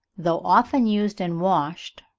though often used and washed,